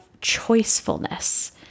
choicefulness